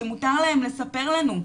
שמותר להם לספר לנו.